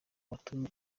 watumye